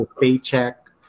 paycheck